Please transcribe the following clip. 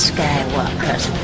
Skywalker's